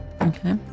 okay